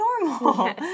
normal